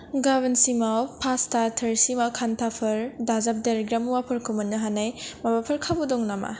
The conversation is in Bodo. गाबोनसिमाव फासथा थोरसि बा खान्थाफोर दाजाबदेरग्रा मुवाफोरखौ मोननो हानाय माबाफोर खाबु दं नामा